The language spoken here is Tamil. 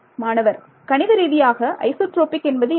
மாணவர் கணித ரீதியாக ஐசோட்ரோபிக் என்பது என்ன